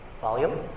Volume